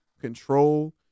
control